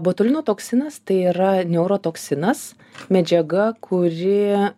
botulino toksinas tai yra neurotoksinas medžiaga kuri